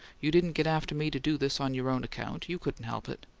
you didn't get after me to do this on your own account you couldn't help it.